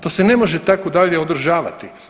To se ne može tako dalje održavati.